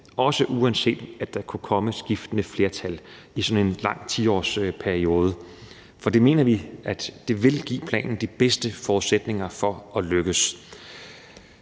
også uanset at der kunne komme skiftende flertal i sådan en lang 10-årsperiode. For det mener vi vil give planen de bedste forudsætninger for at lykkes.